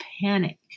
panic